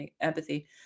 empathy